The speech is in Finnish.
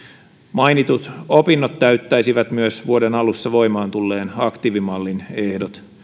mainitut opinnot täyttäisivät myös vuoden alussa voimaan tulleen aktiivimallin ehdot